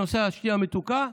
נושא השתייה המתוקה,